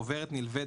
לגבי חוברת נלווית,